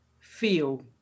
feel